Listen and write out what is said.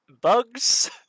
Bugs